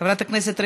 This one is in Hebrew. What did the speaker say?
חבר הכנסת עמר בר-לב,